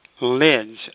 lids